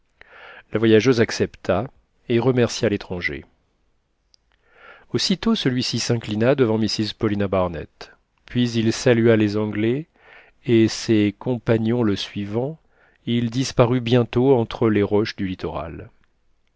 la voyageuse accepta et remercia l'étranger aussitôt celui-ci s'inclina devant mrs paulina barnett puis il salua les anglais et ses compagnons le suivant il disparut bientôt entre les roches du littoral